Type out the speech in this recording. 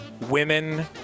women